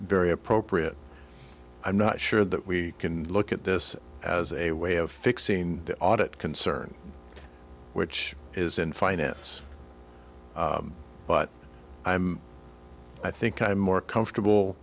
very appropriate i'm not sure that we can look at this as a way of fixing the audit concern which is in finance but i'm i think i'm more comfortable